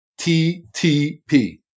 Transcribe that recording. TTP